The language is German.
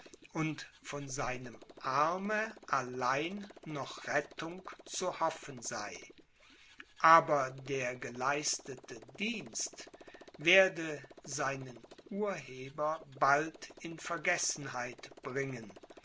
und von seinem arme allein noch rettung zu hoffen sei aber der geleistete dienst werde seinen urheber bald in vergessenheit bringen